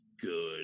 good